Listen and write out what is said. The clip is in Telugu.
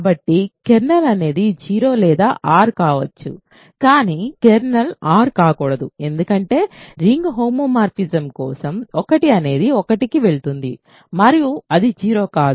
కాబట్టి కెర్నల్ అనేది 0 లేదా R కావచ్చు కానీ కెర్నల్ R కాకూడదు ఎందుకంటే రింగ్ హోమోమోర్ఫిజం కోసం 1 అనేది 1కి వెళుతుంది మరియు అది 0 కాదు